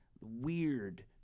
weird